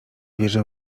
wierzę